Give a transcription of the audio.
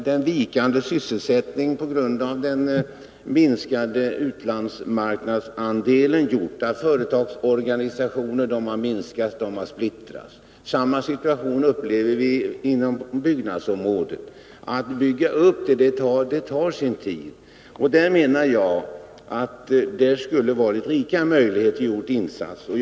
Den vikande sysselsättningen, som i sin tur beror på den minskade utlandsmarknadsandelen, har gjort att företagsorganisationer har minskats ned och splittrats. Vi tror att situationen är densamma inom byggnadsområdet. Att bygga upp något tar ju sin tid. I det avseendet menar jag att det borde ha funnits rika möjligheter att göra insatser.